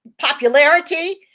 popularity